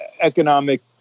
economic